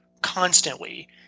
constantly